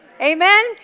Amen